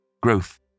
growth